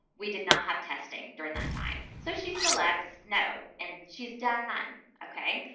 we did not have testing during that time. so, she selects no. and she's done, okay?